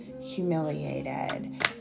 Humiliated